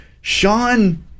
Sean